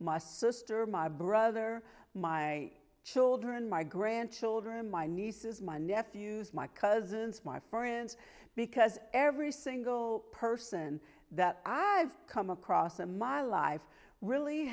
my sister my brother my children my grandchildren my nieces my nephews my cousins my friends because every single person that i've come across a my life really